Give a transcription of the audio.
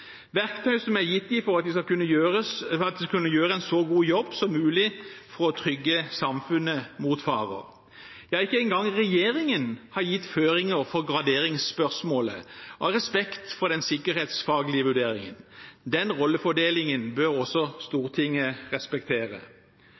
verktøy som er gitt dem for at de skal kunne gjøre en så god jobb som mulig for å trygge samfunnet mot farer. Ikke engang regjeringen har gitt føringer for graderingsspørsmålet, av respekt for den sikkerhetsfaglige vurderingen. Den rollefordelingen bør også